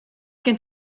gen